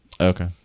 Okay